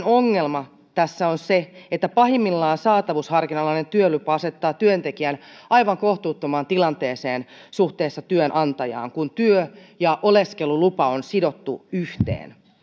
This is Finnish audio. ongelma tässä on se että pahimmillaan saatavuusharkinnan alainen työlupa asettaa työntekijän aivan kohtuuttomaan tilanteeseen suhteessa työnantajaan kun työ ja oleskelulupa on sidottu yhteen